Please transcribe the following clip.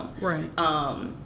Right